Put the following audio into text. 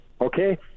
Okay